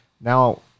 now